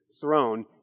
throne